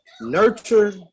Nurture